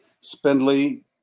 spindly